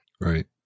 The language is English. Right